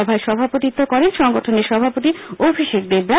সভায় সভাপতিত্ব করেন সংগঠনের সভাপতি অভিষেক দেবরায়